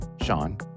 Sean